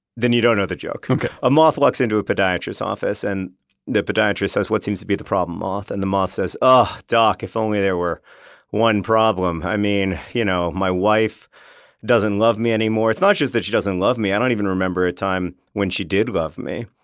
then you don't know the joke okay a moth walks into a podiatrist's office and the podiatrist says, what seems to be the problem, moth? and the moth says, um doc, if only there were one problem. i mean, you know my wife doesn't love me anymore. it's not just that she doesn't love me, i don't even remember a time when she did love me.